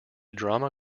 drama